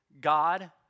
God